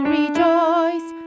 rejoice